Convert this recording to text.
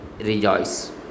rejoice